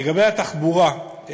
לגבי התחבורה,